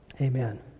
Amen